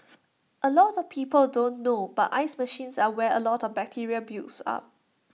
A lot of people don't know but ice machines are where A lot of bacteria builds up